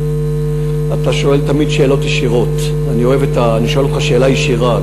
אתה שואל תמיד שאלות ישירות: אני שואל אותך שאלה ישירה,